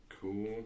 Cool